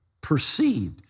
perceived